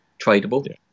tradable